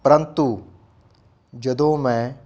ਪਰੰਤੂ ਜਦੋਂ ਮੈਂ